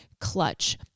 clutch